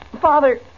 Father